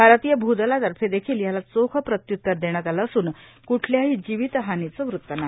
भारतीय भूदलातर्फे देखिल याला चोख प्रत्युत्तर देण्यात आलं असून कुठल्याही जिवीत हानीचं वृत्त नाही